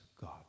God